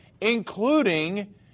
including